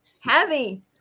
Heavy